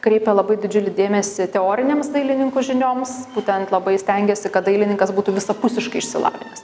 kreipia labai didžiulį dėmesį teorinėms dailininkų žinioms būtent labai stengėsi kad dailininkas būtų visapusiškai išsilavinęs